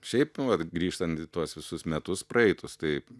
šiaip vat grįžtant į tuos visus metus praeitus taip